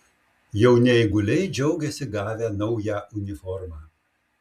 jauni eiguliai džiaugiasi gavę naują uniformą